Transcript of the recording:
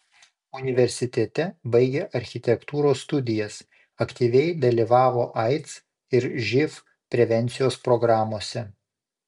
universitete baigė architektūros studijas aktyviai dalyvavo aids ir živ prevencijos programose